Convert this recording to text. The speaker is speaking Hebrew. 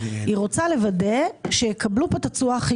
היא רוצה לוודא שיקבלו את התשואה הכי